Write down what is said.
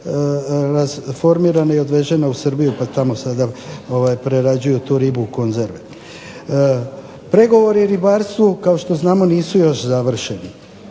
rasformirana i odvežena u Srbiju pa tamo sada prerađuju tu ribu u konzerve. Pregovori u ribarstvu kao što znamo nisu još završeni.